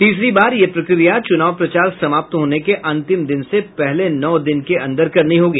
तीसरी बार यह प्रक्रिया चुनाव प्रचार समाप्त होने के अंतिम दिन से पहले नौ दिन के अंदर करनी होगी